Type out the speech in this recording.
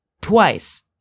twice